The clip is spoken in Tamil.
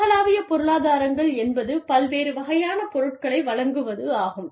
உலகளாவிய பொருளாதாரங்கள் என்பது பல்வேறு வகையான பொருட்களை வழங்குவதாகும்